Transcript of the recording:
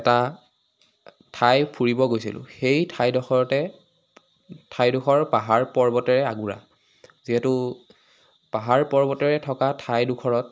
এটা ঠাই ফুৰিব গৈছিলোঁ সেই ঠাইডোখৰতে ঠাইডোখৰ পাহাৰ পৰ্বতেৰে আগুৰা যিহেতু পাহাৰ পৰ্বতেৰে থকা ঠাইডোখৰত